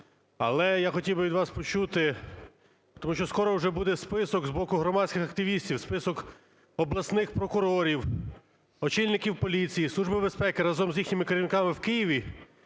Але я хотів би від вас почути, тому що скоро вже буде список з боку громадських активістів, список обласних прокурорів, очільників поліції, Служби безпеки разом з їхніми керівниками в Києві,